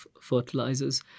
fertilizers